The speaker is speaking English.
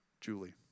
Julie